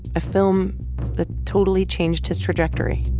a film that totally changed his trajectory